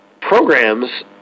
programs